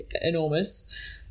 enormous